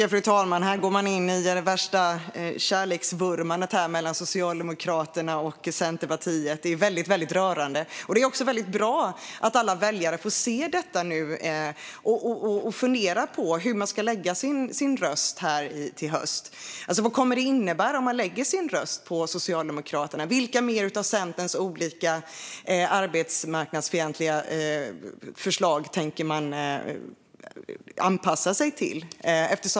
Fru talman! Här går man in i värsta kärleksvurmandet mellan Socialdemokraterna och Centerpartiet. Det är väldigt rörande! Och det är också bra att alla väljare får se detta nu så att de kan fundera över hur de ska lägga sina röster till hösten. Vad kommer det att innebära om man lägger sin röst på Socialdemokraterna? Vilka mer av Centerns olika arbetsmarknadsfientliga förslag tänker man anpassa sig till?